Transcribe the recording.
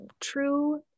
true